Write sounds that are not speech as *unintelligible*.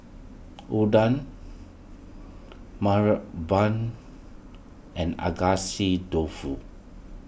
Unadon *noise* *unintelligible* Banh and Agedashi Dofu